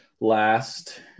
last